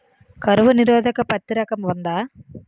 కరువు నిరోధక పత్తి రకం ఉందా?